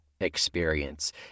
experience